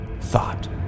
Thought